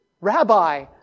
Rabbi